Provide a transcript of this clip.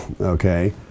Okay